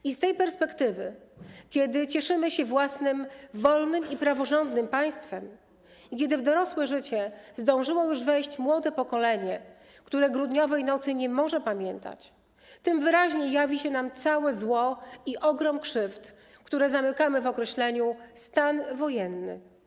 I z tej perspektywy, kiedy cieszymy się własnym wolnym i praworządnym państwem i kiedy w dorosłe życie zdążyło już wejść młode pokolenie, które grudniowej nocy nie może pamiętać, tym wyraźniej jawi się nam całe zło i ogrom krzywd, które zamykamy w określeniu 'stan wojenny'